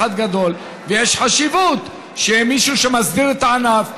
גדול ויש חשיבות שיהיה מישהו שמסדיר את הענף,